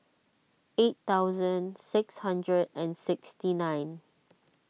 eight thousand six hundred and sixty nine